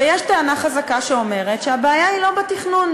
ויש טענה חזקה שאומרת שהבעיה היא לא בתכנון,